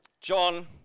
John